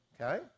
Okay